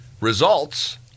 results